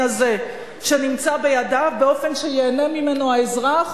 הזה שנמצא בידיו באופן שייהנה ממנו האזרח,